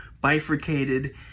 bifurcated